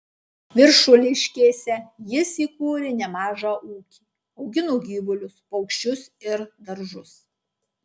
viršuliškėse jis įkūrė nemažą ūkį augino gyvulius paukščius ir daržus